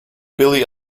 billy